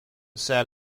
set